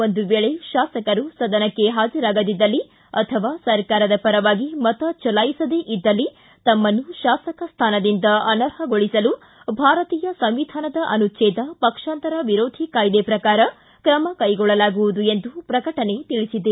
ಒಂದು ವೇಳೆ ತಾಸಕರು ಸದನಕ್ಕೆ ಹಾಜರಾಗದಿದ್ದಳ್ಲಿ ಅಥವಾ ಸರ್ಕಾರದ ಪರವಾಗಿ ಮತ ಚಲಾಯಿಸದೇ ಇದ್ದಳ್ಲಿ ತಮ್ಮನ್ನು ಶಾಸಕ ಸ್ವಾನದಿಂದ ಅನರ್ಹಗೊಳಿಸಲು ಭಾರತೀಯ ಸಂವಿಧಾನದ ಅನುಚ್ಹೇದ ಪಕ್ಷಾಂತರ ವಿರೋಧಿ ಕಾಯ್ದೆ ಪ್ರಕಾರ ಕ್ರಮ ಕೈಗೊಳ್ಳಲಾಗುವುದು ಎಂದು ಪ್ರಕಟಣೆ ತಿಳಿಸಿದೆ